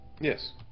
Yes